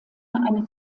eine